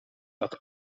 dat